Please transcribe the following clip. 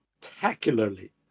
spectacularly